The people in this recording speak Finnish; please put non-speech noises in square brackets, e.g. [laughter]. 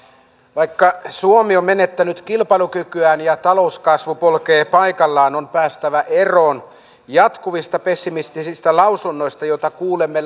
vaikka suomi on menettänyt kilpailukykyään ja talouskasvu polkee paikallaan on päästävä eroon jatkuvista pessimistisistä lausunnoista joita kuulemme [unintelligible]